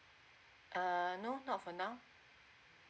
uh no not for now